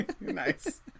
Nice